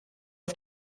auf